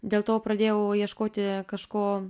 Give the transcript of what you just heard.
dėl to pradėjau ieškoti kažko